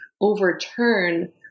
overturn